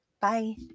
Bye